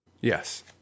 yes